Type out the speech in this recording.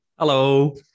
Hello